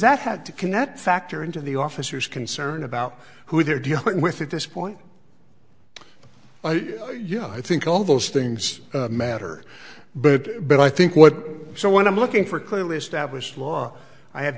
that had to connect factor into the officers concerned about who they're dealing with at this point yeah i think all those things matter but but i think what so what i'm looking for clearly established law i have